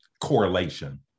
correlation